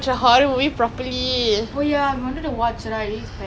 I want to go watch onion sia did you see the